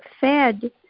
fed